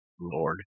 Lord